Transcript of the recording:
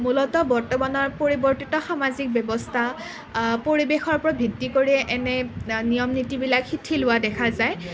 মূলতঃ বৰ্তমানৰ পৰিৱৰ্তিত সামাজিক ব্যৱস্থা পৰিৱেশৰ ওপৰত ভিত্তি কৰি এনে নিয়ম নীতিবিলাক শিথিল হোৱা দেখা যায়